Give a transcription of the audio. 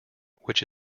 which